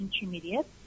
intermediate